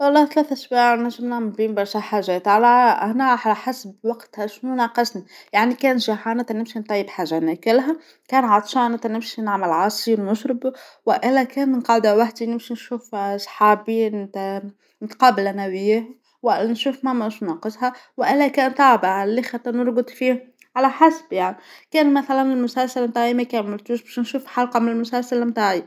والله ثلاث اسبا بيش بنعمل بيهم برشا حاجات على هنا على حسب وقتها شنو ناقصنى، يعنى كان جوعانتا هنمشى نطيب حاجة نأكلها كان عطشانتا نمشى نعمل عصير نشربه وإلا كان قاعدة وحدى نمشى نشوف صحابى نتقابل أنا وأياهم، ونشوف ماما شو ناقصها، وإلا كان تاعبا لتخت نرقد فيه على حسب يعنى، كان مثلا المسلسل بتاعى مكملتوش بيش نشوف حلقة من المسلسل بتاعى.